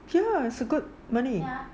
sure is a good money